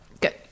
good